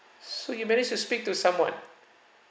so you managed to speak to someone